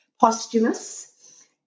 posthumous